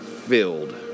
filled